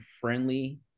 friendly